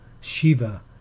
Shiva